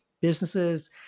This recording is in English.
businesses